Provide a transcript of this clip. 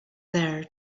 there